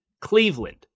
Cleveland